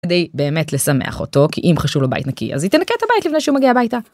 באמת לשמח אותו כי אם חשוב לו בית נקי אז היא תנקה את הבית לפני שהוא מגיע הביתה.